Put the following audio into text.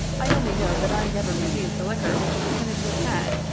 i only know that i never received the liquor which lieutenant wood had,